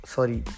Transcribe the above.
Sorry